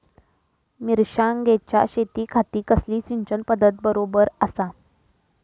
मिर्षागेंच्या शेतीखाती कसली सिंचन पध्दत बरोबर आसा?